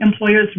employers